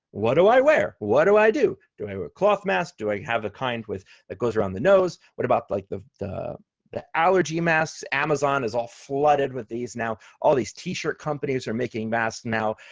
what do i wear? what do i do? do i wear a cloth mask? do i have a kind with it goes around the nose? what about like the the allergy mask? amazon is all flooded with these now. all these t-shirt companies are making mask now.